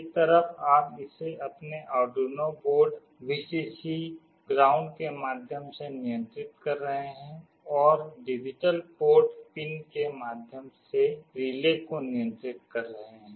एक तरफ आप इसे अपने आर्डुइनो बोर्ड Vcc ग्राउंड के माध्यम से नियंत्रित कर रहे हैं और डिजिटल पोर्ट पिन के माध्यम से रिले को नियंत्रित कर रहे हैं